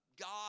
God